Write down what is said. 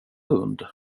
hund